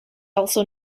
also